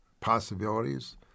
possibilities